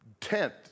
tent